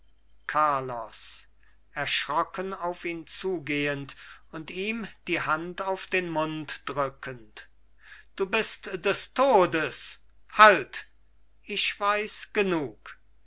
carlos erschrocken auf ihn zugehend und ihm die hand auf den mund drückend du bist des todes halt ich weiß genug